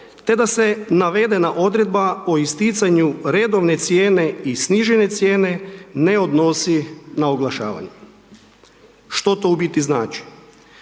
te da se navedena odredba o isticanju redovne cijene i snižene cijene ne odnosi na oglašavanje. Što to u biti znači?